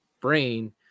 brain